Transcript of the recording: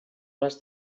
les